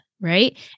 right